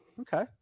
Okay